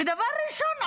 ודבר ראשון,